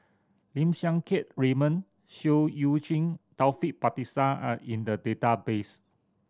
Lim Siang Keat Raymond Seah Eu Chin Taufik Batisah are in the database